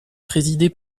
présidé